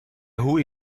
hoe